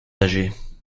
âgées